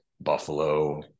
Buffalo